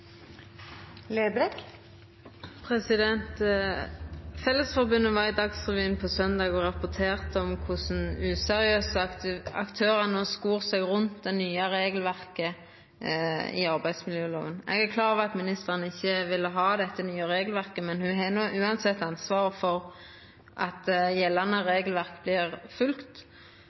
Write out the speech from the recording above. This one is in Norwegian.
Fellesforbundet var i Dagsrevyen på søndag og rapporterte om korleis useriøse aktørar no snor seg rundt det nye regelverket i arbeidsmiljøloven. Eg er klar over at ministeren ikkje ville ha dette nye regelverket, men ho har uansett ansvaret for at gjeldande regelverk